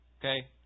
okay